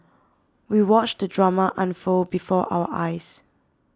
we watched the drama unfold before our eyes